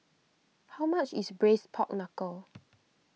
how much is Braised Pork Knuckle